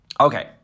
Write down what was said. Okay